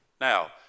Now